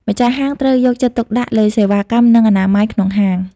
ម្ចាស់ហាងត្រូវយកចិត្តទុកដាក់លើសេវាកម្មនិងអនាម័យក្នុងហាង។